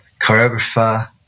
choreographer